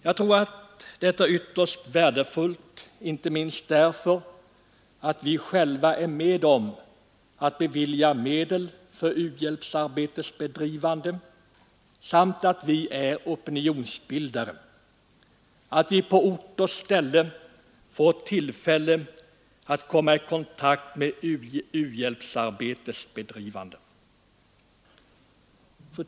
Jag tror att det är ytterst värdefullt, inte minst därför att vi själva är med om att bevilja medel för u-hjälpsarbetets bedrivande samt därför att vi är opinionsbildare, att vi på ort och ställe får tillfälle att studera u-hjälpsarbetets bedrivande.